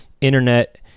internet